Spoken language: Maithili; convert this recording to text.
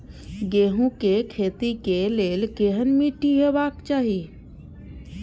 गेहूं के खेतीक लेल केहन मीट्टी हेबाक चाही?